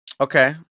Okay